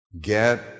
get